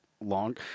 long